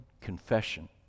confession